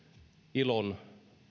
ilon